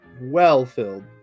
well-filled